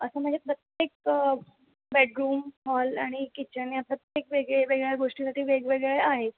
असं म्हणजे प्रत्येक बेडरूम हॉल आणि किचन ह्या प्रत्येक वेगळे वेगळ्या गोष्टीसाठी वेगवेगळे आहे